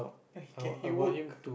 he can he work